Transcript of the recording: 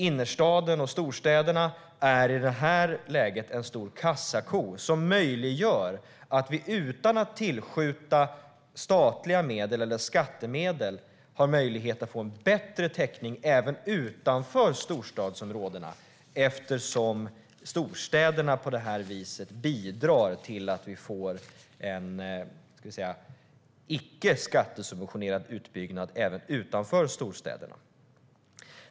Innerstaden och storstäderna är i det här läget en stor kassako som möjliggör att vi utan att tillskjuta statliga medel eller skattemedel har möjlighet att få en bättre täckning även utanför storstadsområdena. Storstäderna bidrar på det viset till att vi får en icke-skattesubventionerad utbyggnad även utanför storstäderna.